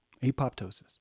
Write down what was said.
Apoptosis